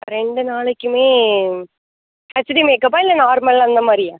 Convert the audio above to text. ரெண்டு நாளைக்கும் ஹச்டி மேக்கப்பா இல்லை நார்மல் அந்த மாதிரியா